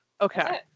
Okay